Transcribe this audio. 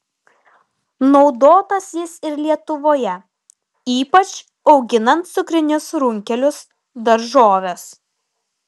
naudotas jis ir lietuvoje ypač auginant cukrinius runkelius daržoves